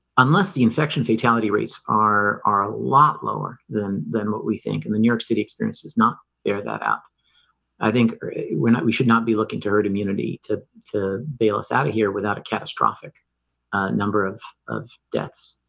unless the infection fatality rates are are a lot lower than than what we think and the new york city experience does not bear that out i think we're not we should not be looking to hurt immunity to to bail us out of here without a catastrophic ah number of of deaths.